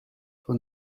for